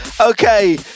Okay